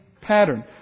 pattern